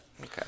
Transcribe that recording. Okay